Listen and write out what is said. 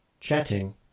chatting